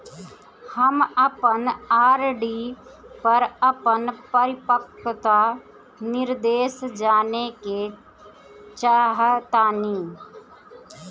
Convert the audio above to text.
हम अपन आर.डी पर अपन परिपक्वता निर्देश जानेके चाहतानी